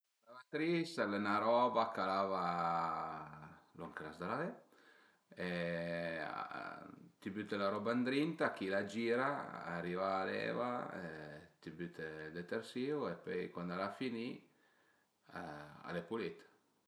La lavatris al e 'na roba ca lava lon chë l'as da lavé t'i büte la roba ëndrinta, chila a gira, ariva l'eva e t'i büte ël detersìu e pöi cuand al a finì al e pulit